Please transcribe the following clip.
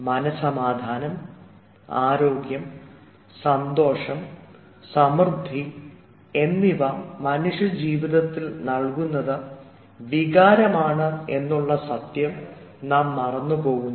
മനസ്സമാധാനം ആരോഗ്യം സന്തോഷം സമൃദ്ധി എന്നിവ മനുഷ്യജീവിതത്തിൽ നൽകുന്നത് വികാരമാണ് എന്നുള്ള സത്യം നാം മറന്നു പോകുന്നു